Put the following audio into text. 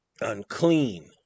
Unclean